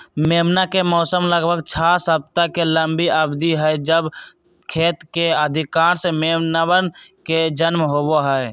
मेमना के मौसम लगभग छह सप्ताह के लंबी अवधि हई जब खेत के अधिकांश मेमनवन के जन्म होबा हई